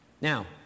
Now